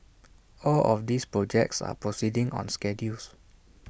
all of these projects are proceeding on schedules